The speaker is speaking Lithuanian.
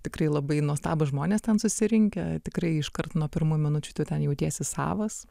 tikrai labai nuostabūs žmonės ten susirinkę tikrai iškart nuo pirmų minučių tu ten jautiesi savas